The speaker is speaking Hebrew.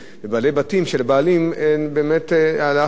באמת הלך לאובדן,